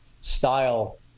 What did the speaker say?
style